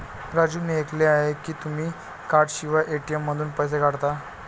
राजू मी ऐकले आहे की तुम्ही कार्डशिवाय ए.टी.एम मधून पैसे काढता